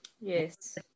Yes